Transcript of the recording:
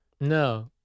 No